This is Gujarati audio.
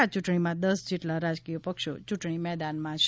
આ ચૂંટણીમાં દસ જેટલા રાજકીય પક્ષો ચૂંટણી મેદાનમાં છે